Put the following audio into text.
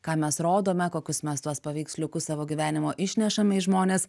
ką mes rodome kokius mes tuos paveiksliukus savo gyvenimo išnešam į žmones